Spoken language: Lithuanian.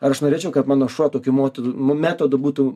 ar aš norėčiau kad mano šuo tokiu motodu metodu būtų